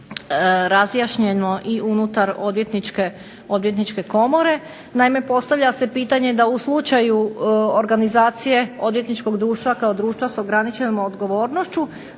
razjašnjeno unutar Odvjetničke komore. Naime, postavlja se pitanje da u slučaju organizacije odvjetničkog društva kao društva sa ograničenom odgovornošću,